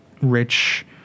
rich